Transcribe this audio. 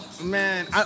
man